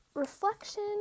Reflection